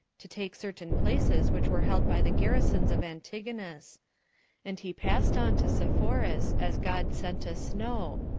to take certain places which were held by the garrisons of antigonus and he passed on to sepphoris, as god sent a snow,